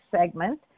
segment